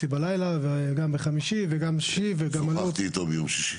בלילה וגם בחמישי וגם בשישי וגם --- שוחחתי איתו ביום שישי.